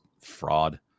fraud